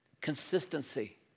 consistency